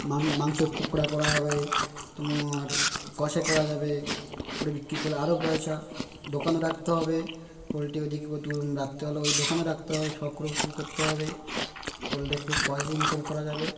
মা মাংসের পকোড়া করা হবে তোমার কষে করা যাবে করে বিক্রি করলে আরও পয়সা দোকানেও রাখতে হবে পোলট্রি ওইদিকে রাত্রিবেলা ওই দোকানেও রাখতে হবে সব রকম করতে হবে করলে খুব পয়সা ইনকাম করা যাবে